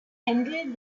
ended